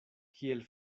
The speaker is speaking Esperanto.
kiel